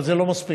אבל זה לא מספיק.